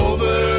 Over